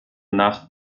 nach